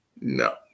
no